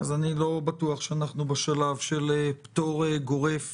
אז אני לא בטוח שאנחנו בשלב של פטור גורף